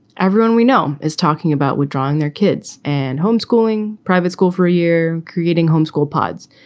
everyone we know is talking about withdrawing their kids and homeschooling private school for a year, creating homeschool pods.